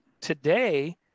today